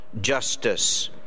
justice